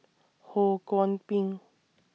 Ho Kwon Ping